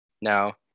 No